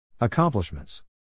Accomplishments